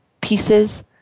pieces